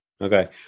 Okay